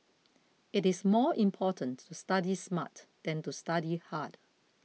it is more important to study smart than to study hard